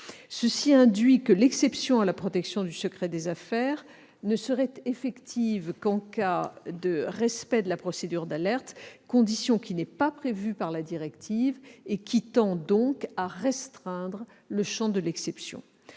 Cela induit que l'exception à la protection du secret des affaires ne serait effective qu'en cas de respect de la procédure d'alerte, condition qui n'est pas prévue par la directive, ce qui tend donc à restreindre le champ de l'exception.